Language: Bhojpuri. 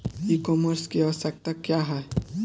ई कॉमर्स की आवशयक्ता क्या है?